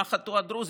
במה חטאו הדרוזים?